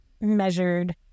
measured